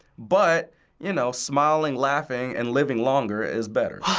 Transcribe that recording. but you know smiling, laughing, and living longer is better.